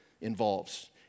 involves